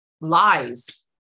lies